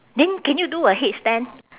then can you do a headstand